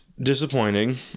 disappointing